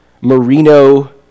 Merino